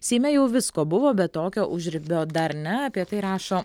seime jau visko buvo bet tokio užribio dar ne apie tai rašo